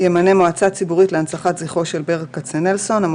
ימנה מועצה ציבורית להנצחת זכרו של ברל כצנלסון (בחוק זה,